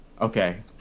Okay